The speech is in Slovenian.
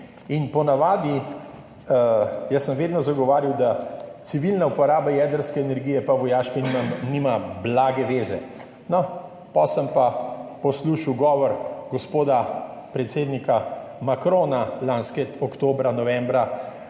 Po navadi sem jaz vedno zagovarjal, da civilna uporaba jedrske energije pa vojaške energije nima blage veze. No potem sem pa poslušal govor gospoda predsednika Macrona lanskega oktobra, novembra